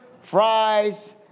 fries